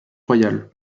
royal